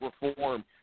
reform